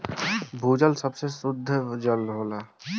भूजल सबसे सुद्ध जल होला